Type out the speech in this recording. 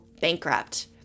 bankrupt